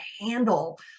handle